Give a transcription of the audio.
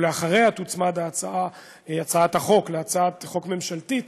ואחריה תוצמד הצעת החוק להצעת חוק ממשלתית